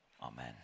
Amen